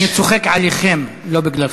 "דאעש" אני צוחק עליכם, לא בגללכם.